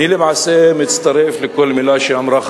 חבר הכנסת מג'אדלה.